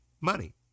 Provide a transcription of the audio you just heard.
money